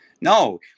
No